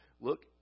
look